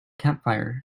campfire